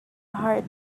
hard